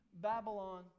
Babylon